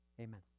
Amen